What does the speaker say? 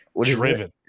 Driven